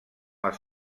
els